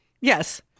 Yes